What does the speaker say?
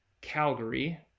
Calgary